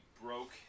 broke